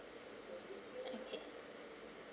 okay